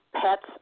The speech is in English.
pets